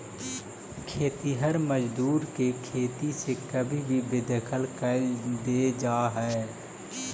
खेतिहर मजदूर के खेती से कभी भी बेदखल कैल दे जा हई